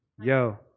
Yo